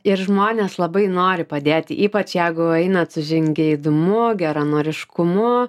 ir žmonės labai nori padėti ypač jeigu einat su žingeidumu geranoriškumu